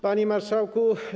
Panie Marszałku!